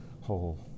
whole